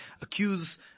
accuse